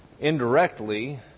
Indirectly